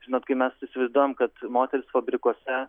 žinot kai mes įsivaizduojam kad moterys fabrikuose